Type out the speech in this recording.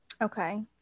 Okay